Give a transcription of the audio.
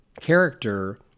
character